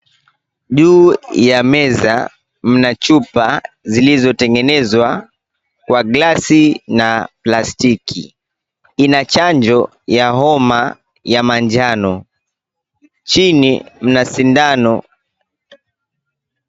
Juu ya meza mna chupa zilizotengenezwa kwa glasi na plastiki. Ina chanjo ya homa ya manjano. Chini mna sindano.